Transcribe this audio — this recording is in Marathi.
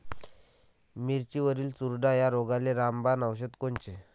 मिरचीवरील चुरडा या रोगाले रामबाण औषध कोनचे?